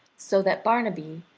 so that barnaby,